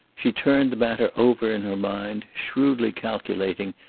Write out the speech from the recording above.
she turned the matter over in her mind, shrewdly calculating,